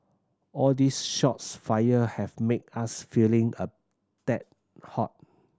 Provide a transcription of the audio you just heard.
all these shots fired have made us feeling a tad hot